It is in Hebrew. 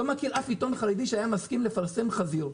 לא מכיר אף עיתון חרדי שהיה מסכים לפרסם חזיות.